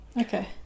okay